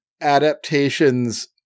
adaptations